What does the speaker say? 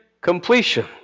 completion